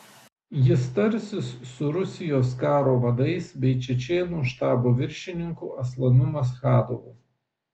jis tarsis su rusijos karo vadais bei čečėnų štabo viršininku aslanu maschadovu